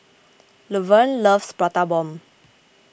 Luverne loves Prata Bomb